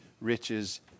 riches